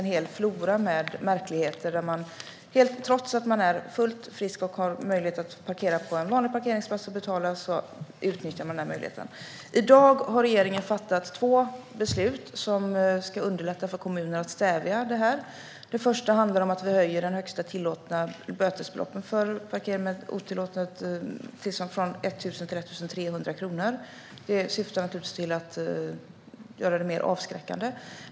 Det finns en flora av märkligheter där man, trots att man är fullt frisk och har möjlighet att parkera på en vanlig parkeringsplats och betala för det, utnyttjar den här möjligheten. I dag har regeringen fattat två beslut som ska underlätta för kommunerna att stävja detta. Det första handlar om att vi höjer högsta tillåtna bötesbelopp för parkering med otillåtet tillstånd från 1 000 till 1 300 kronor. Det syftar naturligtvis till att göra det mer avskräckande.